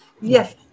Yes